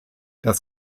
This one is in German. das